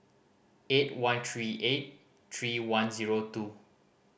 eight one three eight three one zero two